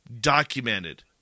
Documented